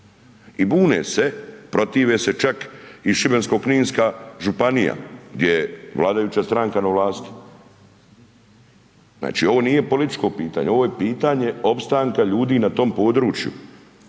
i bune se, protive se čak i Šibensko-kninska županija gdje je vladajuća stranka na vlasti. Znači, ovo nije političko pitanje, ovo je pitanje opstanka ljudi na tom području